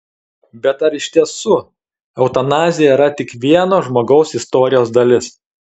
bet ar iš tiesų eutanazija yra tik vieno žmogaus istorijos dalis